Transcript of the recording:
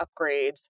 upgrades